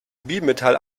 bimetall